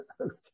okay